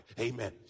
Amen